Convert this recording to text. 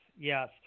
yes